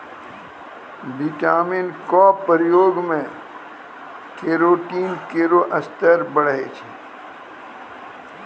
vitamin क प्रयोग सें केरोटीन केरो स्तर बढ़ै छै